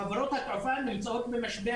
חברות התעופה נמצאות במשבר.